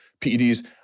peds